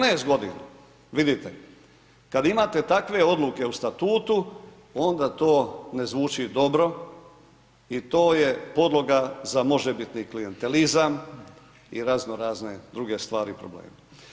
14 godina, vidite, kada imate takvo odluke u statutu, onda to ne zvuči dobro i to je podloga za možebitni klijentelizam i razno razne druge stvari i probleme.